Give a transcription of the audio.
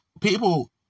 people